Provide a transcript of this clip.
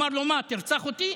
אמר לו: מה, תרצח אותי?